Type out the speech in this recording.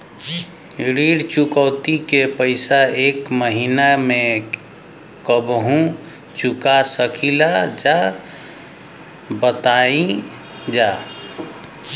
ऋण चुकौती के पैसा एक महिना मे कबहू चुका सकीला जा बताईन जा?